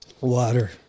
Water